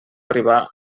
arribar